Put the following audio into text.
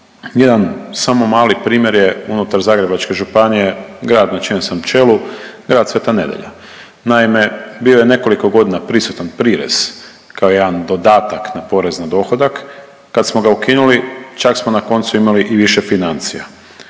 Jedan samo mali primjer je unutar Zagrebačke županije, grad na čijem sam čelu, Grad Sveta Nedelja. Naime, bio je nekoliko godina pristan prirez kao jedan dodatak na porez na dohodak, kad smo ga ukinuli, čak smo na koncu imali i više financija.